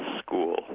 school